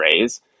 raise